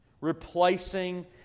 replacing